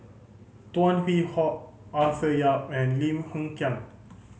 Tan Hwee Hock Arthur Yap and Lim Hng Kiang